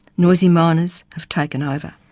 noisy miners have taken over.